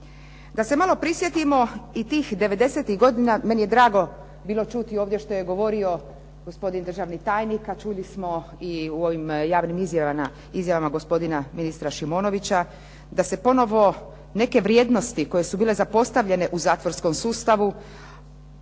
Da se malo prisjetimo i tih devedesetih godina. Meni je bilo drago ovdje čuti što je govorio gospodin državni tajnik, a čuli smo i ovim javnim izjavama gospodina ministra Šimonovića, da se ponovo neke vrijednosti koje su bile zapostavljene u zatvorskom sustavu,